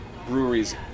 breweries